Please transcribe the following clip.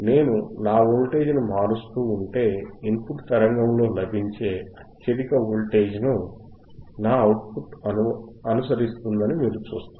నేను నా వోల్టేజ్ను మారుస్తూ ఉంటే ఇన్పుట్ తరంగములో లభించే అత్యధిక వోల్టేజ్ను నా అవుట్ పుట్ అనుసరిస్తుందని మీరు చూస్తారు